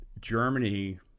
Germany